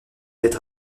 être